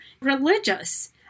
religious